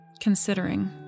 considering